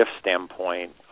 standpoint